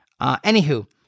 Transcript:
Anywho